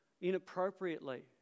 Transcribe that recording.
inappropriately